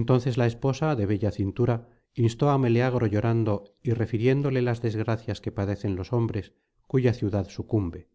entonces la esposa de bella cintura instó á meleagro llorando y refiriéndole las desgracias que padecen los hombres cuya ciudad sucumbe